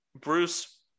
Bruce